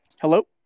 Hello